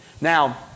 Now